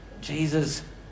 Jesus